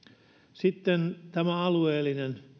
sitten tämä alueellinen